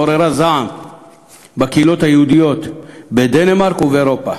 עוררה זעם בקהילות היהודיות בדנמרק ובאירופה.